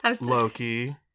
Loki